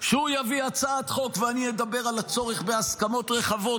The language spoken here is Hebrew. שהוא יביא הצעת חוק ואני אדבר על הצורך בהסכמות רחבות,